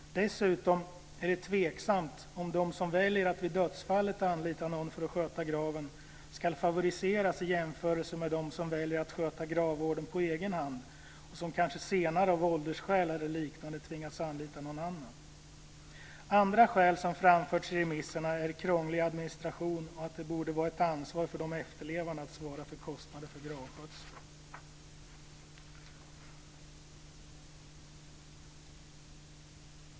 Dessutom är det tveksamt om de som väljer att vid dödsfallet anlita någon för att sköta graven ska favoriseras i jämförelse med de som väljer att sköta gravvården på egen hand och som kanske senare av åldersskäl eller liknande tvingas anlita någon annan. Andra skäl som framförts i remisserna är krånglig administration och att det borde vara ett ansvar för de efterlevande att svara för kostnader för gravskötsel.